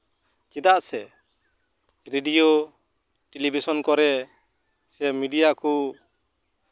ᱪᱮᱫᱟᱜ ᱥᱮ radio television ᱠᱚᱨᱮ ᱥᱮ ᱢᱤᱰᱤᱭᱟ ᱠᱚ